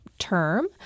term